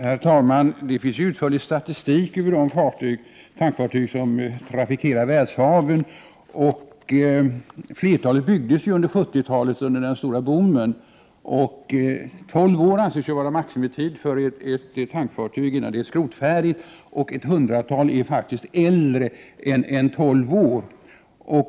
Herr talman! Det finns utförlig statistik över de tankfartyg som trafikerar världshaven. Flertalet av dessa byggdes under 70-talet under den stora boomen. Tolv år anses vara maximitiden för ett tankfartyg innan det är skrotfärdigt. Ett hundratal tankfartyg är faktiskt äldre än tolv år.